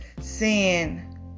seeing